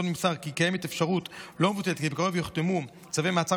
עוד נמסר כי קיימת אפשרות לא מבוטלת כי בקרוב ייחתמו צווי מעצר,